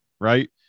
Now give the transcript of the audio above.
right